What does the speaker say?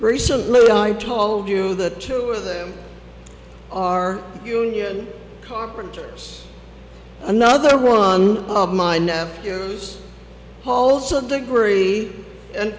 recently i told you that two of them are union carpenters another one of my nephews paul also degree and